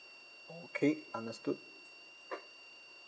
okay understood